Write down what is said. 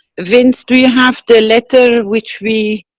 vince do you have the letter which we.